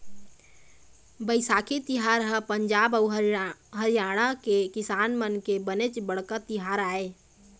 बइसाखी तिहार ह पंजाब अउ हरियाणा के किसान मन के बनेच बड़का तिहार आय